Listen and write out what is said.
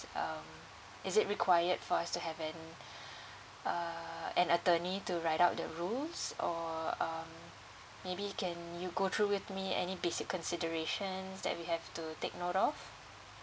um is it required for us to have an err an attorney to write out the rules or um maybe you can you go through with me any basic considerations that we have to take note of